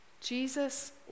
Jesus